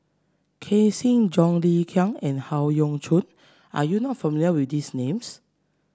Ken Seet John Le Cain and Howe Yoon Chong are you not familiar with these names